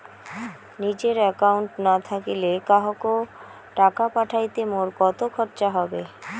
নিজের একাউন্ট না থাকিলে কাহকো টাকা পাঠাইতে মোর কতো খরচা হবে?